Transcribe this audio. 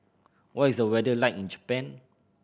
what is the weather like in Japan